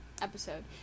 episode